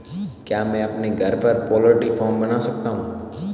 क्या मैं अपने घर पर पोल्ट्री फार्म बना सकता हूँ?